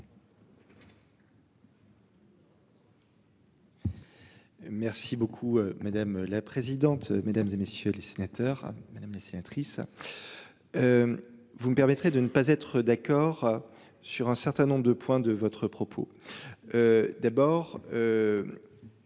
Merci beaucoup madame la présidente, mesdames et messieurs les sénateurs. Madame la sénatrice. Vous me permettrez de ne pas être d'accord sur un certain nombre de points de votre propos. D'abord.